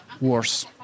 worse